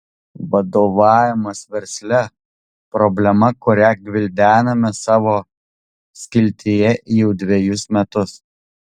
vadovavimas versle problema kurią gvildename savo skiltyje jau dvejus metus